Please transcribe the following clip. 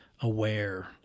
aware